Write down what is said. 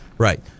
Right